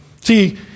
See